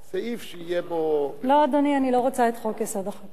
כולה, יוזמת השר נאמן לחוקק